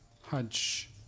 hunch